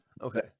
okay